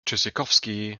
tschüssikowski